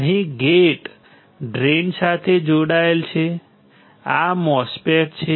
અહીં gate drain સાથે જોડાયેલ છે આ MOSFET છે